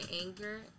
anger